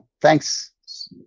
thanks